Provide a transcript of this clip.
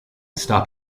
stop